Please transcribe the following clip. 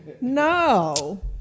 No